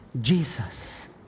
Jesus